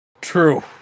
True